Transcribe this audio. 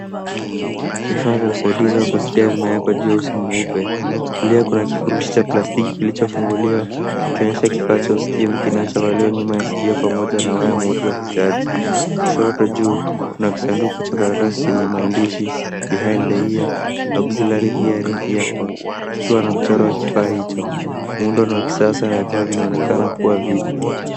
Mifano ya usaidizi wa kusikia zimetengenezwa kwa rangi ya juu ya mweupe. Kulia kuna kifurushi cha plastiki kilichofunguliwa, kikiambatanisha kifaa cha usikivu kinachovaliwa nyuma ya sikio pamoja na waya wa umeme wa kuchajia. Kushoto juu, kuna kisanduku cha kuchakaradashi chenye maandishi, behind the ear, auxiliary hearing earphone , kichwa na mchoro wa kifaa hicho. Muundo ni wa kisasa na wa kifahari na unaonekana kuwa vya kiwango bora.